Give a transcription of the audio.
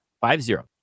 Five-zero